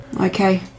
Okay